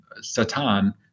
Satan